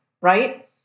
right